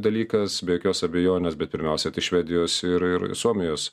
dalykas be jokios abejonės bet pirmiausia tai švedijos ir ir suomijos